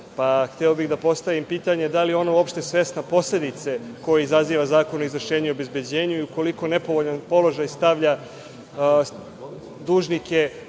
dana. Hteo bih da postavim pitanje – da li je ona uopšte svesna posledice koju izaziva Zakon o izvršenju i obezbeđenju i koliko u nepovoljan položaj stavlja dužnike